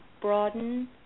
broaden